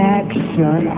action